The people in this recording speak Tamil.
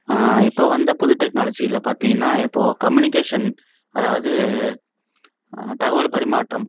இப்போ வந்த புது டெக்னாலஜியில பார்த்திங்கன்னா இப்போது கம்யூனிகேசன் அதாவது தகவல் பரிமாற்றம்